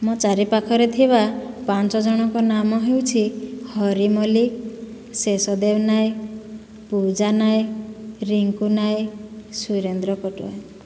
ମୋ ଚାରିପାଖରେ ଥିବା ପାଞ୍ଚଜଣଙ୍କ ନାମ ହେଉଛି ହରି ମଲିକ୍ ଶେଷଦେବ ନାୟକ ପୂଜା ନାୟକ ରିଙ୍କୁ ନାୟକ ସୁରେନ୍ଦ୍ର ପଟୁଆ